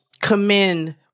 commend